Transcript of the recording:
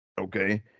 okay